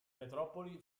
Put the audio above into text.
metropoli